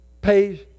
pays